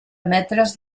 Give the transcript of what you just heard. metres